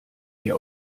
wir